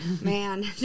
Man